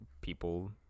people